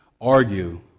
argue